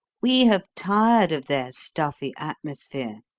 we have tired of their stuffy atmosphere,